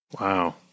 Wow